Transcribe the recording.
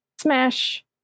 smash